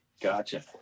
Gotcha